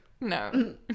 No